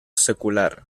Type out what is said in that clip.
secular